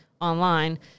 online